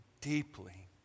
deeply